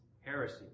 heresy